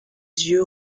yeux